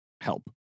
help